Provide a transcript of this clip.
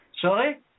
Sorry